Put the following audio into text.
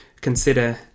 consider